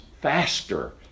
faster